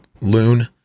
loon